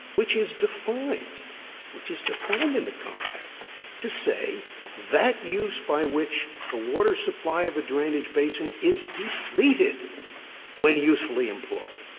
which is defined which is defined in the compact to say that use by which the water supply of a drainage basin is depleted when usefully employed.